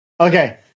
Okay